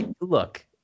look